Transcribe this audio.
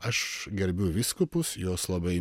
aš gerbiu vyskupus jos labai